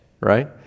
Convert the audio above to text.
right